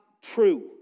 true